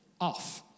off